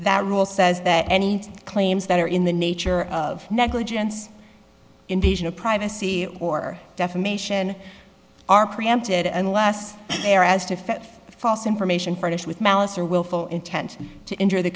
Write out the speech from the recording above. that rule says that any claims that are in the nature of negligence invasion of privacy or defamation are preempted unless they are asked if false information furnished with malice or willful intent to injure the